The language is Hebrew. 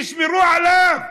תשמרו עליו.